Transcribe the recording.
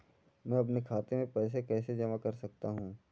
मैं अपने खाते में पैसे कैसे जमा कर सकता हूँ?